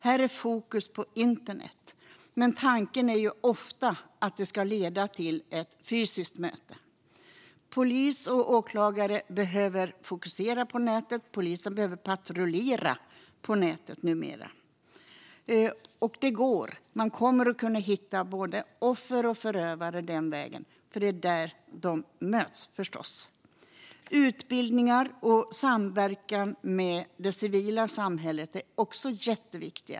Här ligger fokus på internet, men tanken är ofta att det ska leda till ett fysiskt möte. Polis och åklagare behöver fokusera på nätet, och polisen behöver patrullera på nätet numera. Och det går; man kommer att kunna hitta både offer och förövare den vägen, för det är förstås där de möts. Det är också jätteviktigt med utbildningar och samverkan med det civila samhället.